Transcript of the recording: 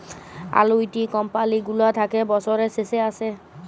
আলুইটি কমপালি গুলা থ্যাকে বসরের শেষে আসে